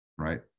Right